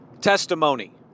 testimony